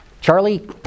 Charlie